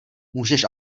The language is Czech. můžeš